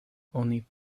oni